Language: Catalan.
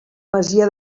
masia